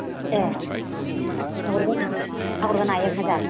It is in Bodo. ए आगर गोनाङा आगर गोनाङा एक हाजार